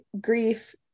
grief